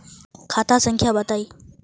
खाता संख्या बताई?